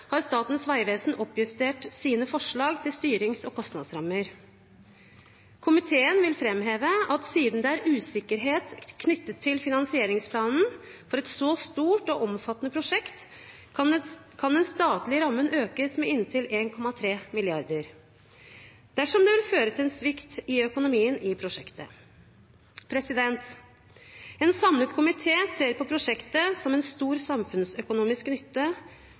har Statens vegvesen oppjustert sine forslag til styrings- og kostnadsrammer. Komiteen vil framheve at siden det er usikkerhet knyttet til finansieringsplanen for et så stort og omfattende prosjekt, kan den statlige rammen økes med inntil 1,3 mrd. kr dersom det blir en svikt i økonomien i prosjektet. En samlet komité mener at prosjektet har stor samfunnsøkonomisk nytte,